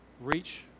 reach